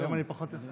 אז היום אני פחות יפה.